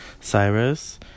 Cyrus